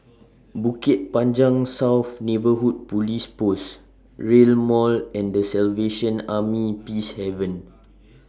Bukit Panjang South Neighbourhood Police Post Rail Mall and The Salvation Army Peacehaven